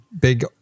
big